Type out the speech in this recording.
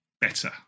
better